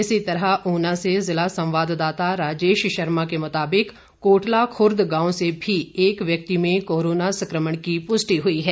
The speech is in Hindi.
इसी तरह ऊना से जिला संवाददाता राजेश शर्मा के मुताबिक कोटला खूर्द गांव से भी एक व्यक्ति में कोरोना संक्रमण की पुष्टि हुई है